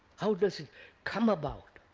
how does it come about?